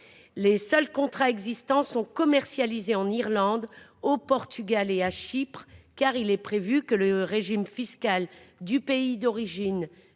Les seuls contrats existants sont commercialisés en Irlande, au Portugal et à Chypre car il est prévu que le régime fiscal du pays d'origine